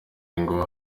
ngo